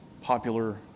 popular